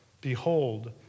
Behold